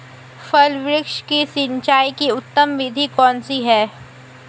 फल वृक्ष की सिंचाई की उत्तम विधि कौन सी है?